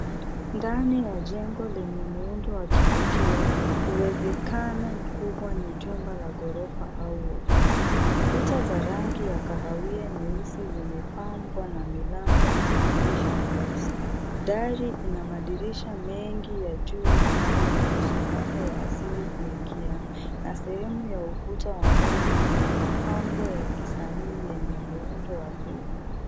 Ndani ya jengo lenye muundo wa kipekee, uwezekano mkubwa ni jumba la ghorofa au ofisi. Kuta za rangi ya kahawia nyeusi zimepambwa na milango na madirisha meusi. Dari ina madirisha mengi ya juu yanayoruhusu mwanga wa asili kuingia , na sehemu ya ukuta wa mbali una mapambo ya kisanii yenye muundo wa feri.